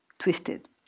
twisted